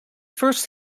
first